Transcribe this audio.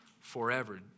forever